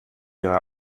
ihre